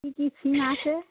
কী কী সিম আছে